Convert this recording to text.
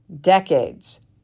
decades